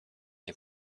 nie